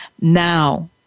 now